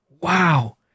Wow